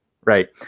right